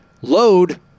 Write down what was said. Load